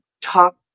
talk